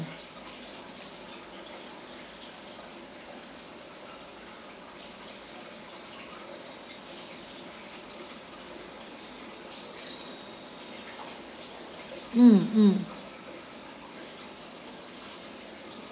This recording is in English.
mm mm